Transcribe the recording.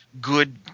good